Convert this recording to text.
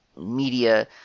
media